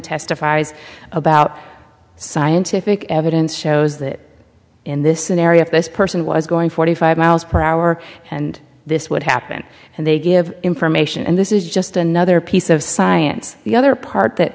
testifies about scientific evidence shows that in this scenario if this person was going forty five miles per hour and this would happen and they give information and this is just another piece of science the other part that